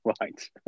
Right